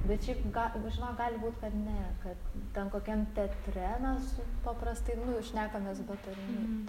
bet šiaip ga nu žinok gali būt kad ne kad ten kokiam teatre mes su paprastai nu šnekamės be tarmy